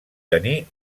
tenir